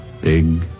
Big